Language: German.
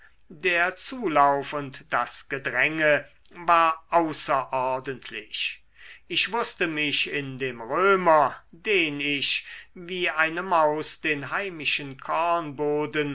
der zulauf und das gedränge war außerordentlich ich wußte mich in dem römer den ich wie eine maus den heimischen